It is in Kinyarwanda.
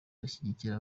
bashyigikira